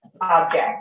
object